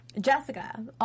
Jessica